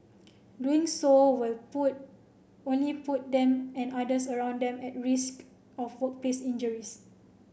doing so will put only put them and others around them at risk of workplace injuries